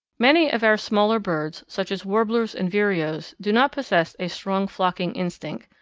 many of our smaller birds, such as warblers and vireos, do not possess a strong flocking instinct,